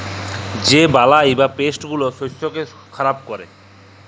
যে বালাই বা পেস্ট গুলা শস্যকে খারাপ ক্যরে